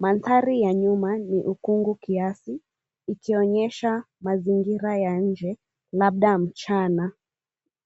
Mandhari ya nyuma ni ukungu kiasi ikionyesha mazingira ya nje, labda mchana.